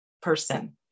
person